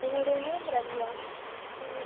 என்னுடைய நேம் ரம்யா